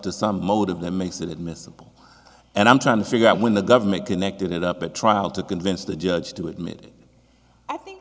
to some motive that makes it admissible and i'm trying to figure out when the government connected it up at trial to convince the judge to admit i think